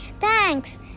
Thanks